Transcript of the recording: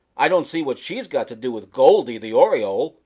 i don't see what she's got to do with goldy the oriole.